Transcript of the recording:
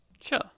Sure